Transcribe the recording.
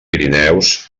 pirineus